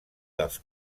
dels